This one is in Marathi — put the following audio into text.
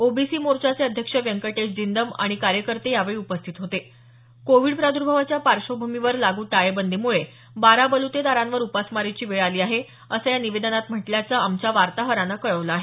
ओबीसी मोर्चाचे अध्यक्ष व्यंकटेश जिंदम आणि कार्यकर्ते यावेळी उपस्थित होते कोविड प्राद्भावाच्या पार्श्वभूमीवर लागू टाळेबंदीमुळे बारा बलुतेदारांवर उपासमारीची वेळ आली आहे असं या निवेदनात म्हटल्याचं आमच्या वार्ताहरानं कळवलं आहे